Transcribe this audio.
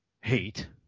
hate